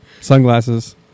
Sunglasses